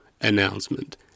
announcement